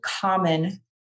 common